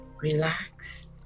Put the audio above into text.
relax